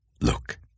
Look